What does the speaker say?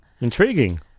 intriguing